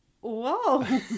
Whoa